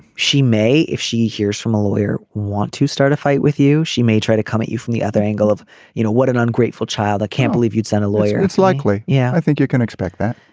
she may if she hears from a lawyer want to start a fight with you. she may try to come at you from the other angle of you know what an ungrateful child i can't believe you'd send a lawyer. it's likely. yeah i think you're going to expect that.